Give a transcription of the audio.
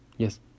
Yes